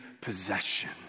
possession